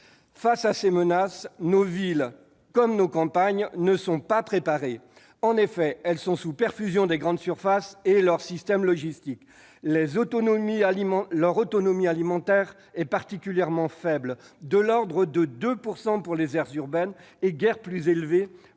Face à ces menaces, nos villes, comme nos campagnes, ne sont pas préparées. En effet, elles sont sous perfusion des grandes surfaces et de leurs systèmes logistiques. Leur taux d'autonomie alimentaire est particulièrement faible : de l'ordre de 2 % pour les aires urbaines, et guère plus pour